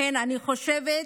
אני חושבת